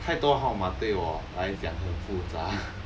太多号码对我来讲很复杂